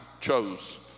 chose